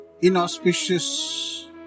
inauspicious